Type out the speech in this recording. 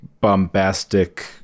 bombastic